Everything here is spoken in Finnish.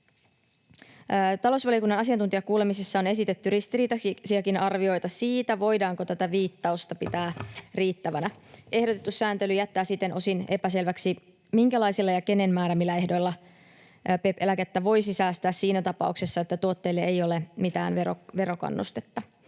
Talousvaliokunnan asiantuntijakuulemisissa on esitetty ristiriitaisiakin arvioita siitä, voidaanko tätä viittausta pitää riittävänä. Ehdotettu sääntely jättää siten osin epäselväksi, minkälaisilla ja kenen määräämillä ehdoilla PEPP-eläkettä voisi säästää siinä tapauksessa, että tuotteille ei ole mitään verokannustetta.